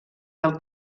del